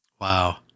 Wow